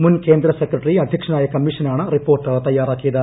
മുൻ കേന്ദ്ര സെക്രട്ടറി അധ്യക്ഷനായ കമ്മീഷനാണ് റിപ്പോർട്ട് തയ്യാറാക്കിയത്